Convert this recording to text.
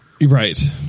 Right